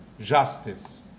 justice